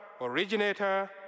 originator